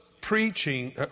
preaching